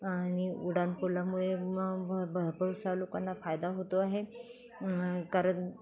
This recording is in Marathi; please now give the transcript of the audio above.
आणि उडानपुलामुळे म भ भरपूरश्या लोकांना फायदा होतो आहे कारण